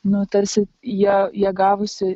nu tarsi jie jie gavosi